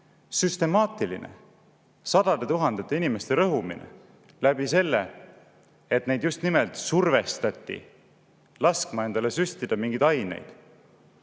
süstemaatiline sadade tuhandete inimeste rõhumine seeläbi, et neid just nimelt survestati laskma endale süstida mingeid aineid,